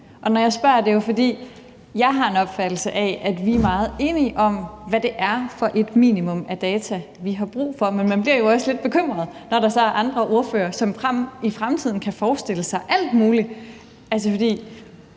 jeg har en opfattelse af, at vi er meget enige om, hvad det er for et minimum af data, vi har brug for, men man bliver også lidt bekymret, når der så er andre ordførere, som i fremtiden kan forestille sig alt muligt.